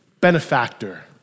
benefactor